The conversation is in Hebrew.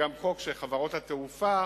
וגם חוק שחברות התעופה